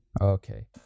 Okay